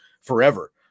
forever